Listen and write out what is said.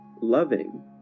loving